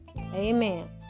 Amen